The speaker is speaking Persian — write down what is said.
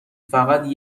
فقط